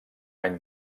any